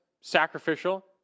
sacrificial